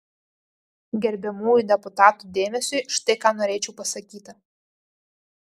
gerbiamųjų deputatų dėmesiui štai ką norėčiau pasakyti